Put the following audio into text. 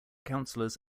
councillors